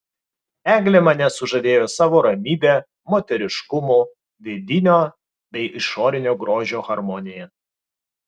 eglė mane sužavėjo savo ramybe moteriškumu vidinio bei išorinio grožio harmonija